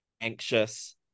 anxious